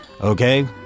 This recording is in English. Okay